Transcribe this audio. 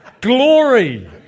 Glory